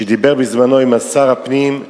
שדיבר בזמנו עם שר הפנים,